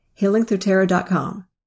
HealingThroughTarot.com